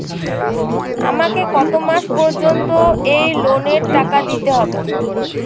আমাকে কত মাস পর্যন্ত এই লোনের টাকা দিতে হবে?